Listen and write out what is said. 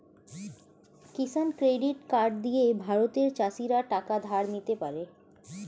কিষান credit card দিয়ে ভারতের চাষীরা টাকা ধার নিতে পারে